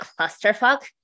clusterfuck